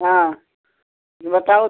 हाँ बताओ